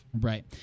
Right